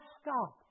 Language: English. stop